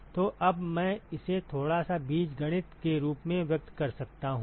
तो अब मैं इसे थोड़ा सा बीजगणित के रूप में व्यक्त कर सकता हूं